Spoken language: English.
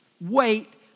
Wait